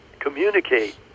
communicate